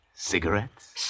Cigarettes